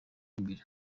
imbere